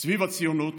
סביב הציונות,